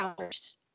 hours